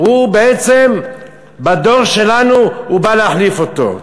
בעצם בדור שלנו הוא בעצם בא להחליף אותו.